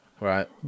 right